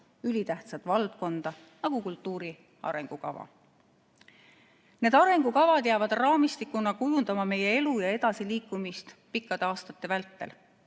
ülitähtsat valdkonda nagu kultuur. Need arengukavad jäävad raamistikuna kujundama meie elu ja edasiliikumist pikkade aastate vältel.